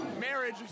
marriage